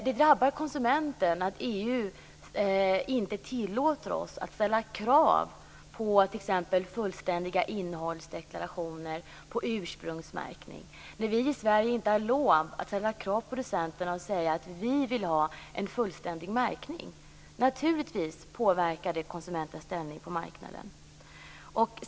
Det drabbar konsumenten att EU inte tillåter oss att ställa krav på t.ex. fullständiga innehållsdeklarationer och på ursprungsmärkning. Vi i Sverige har inte lov att ställa krav på producenterna och säga att vi vill ha en fullständig märkning. Naturligtvis påverkar det konsumentens ställning på marknaden.